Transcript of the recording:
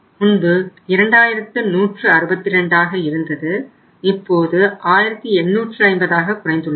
முன்பு 2162 ஆக இருந்தது இப்போது 1850 ஆக குறைந்துள்ளது